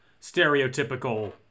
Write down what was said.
stereotypical